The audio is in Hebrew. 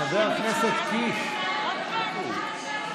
חבר הכנסת קיש, איפה הוא?